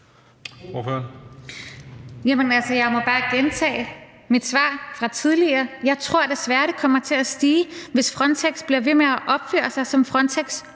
jeg må bare gentage mit svar fra tidligere: Jeg tror desværre, det kommer til at stige, hvis Frontex bliver ved med at opføre sig, som Frontex